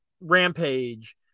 rampage